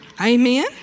amen